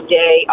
day